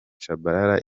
tshabalala